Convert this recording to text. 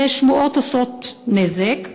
ושמועות עושות נזק,